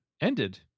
ended